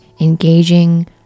engaging